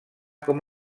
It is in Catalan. com